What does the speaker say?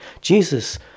Jesus